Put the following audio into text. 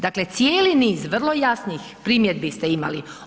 Dakle, cijeli niz vrlo jasnih primjedbi ste imali.